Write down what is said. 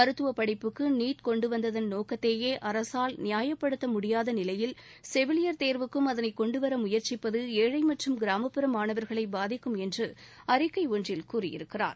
மருத்துவப் படிப்புக்கு நீட் கொண்டு வந்ததன் நோக்கத்தையே அரசால் நியாயப்படுத்த முடியாத நிலையில் செவிலியர் தேர்வுக்கும் அதனைக் கொண்டுவர முயற்சிப்பது ஏழை மற்றும் கிராமப்புற மாணவர்களை பாதிக்கும் என்று ஒரு அறிக்கை ஒன்றில் கூறியிருக்கிறார்